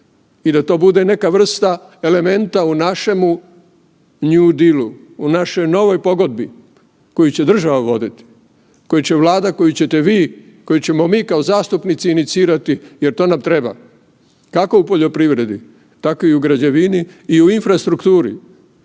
i da to bude neka vrsta elementa u našemu new dilu, u našoj novoj pogodbi koju će država voditi, koju će Vlada, koju ćete vi, koju ćemo mi kao zastupnici inicirati jer to nam treba, kako u poljoprivredi, tako i u građevini i u infrastrukturi.